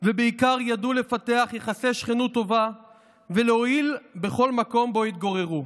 ובעיקר ידעו לפתח יחסי שכנות טובה ולהועיל בכל מקום שבו התגוררו.